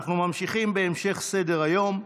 אנחנו ממשיכים בסדר-היום.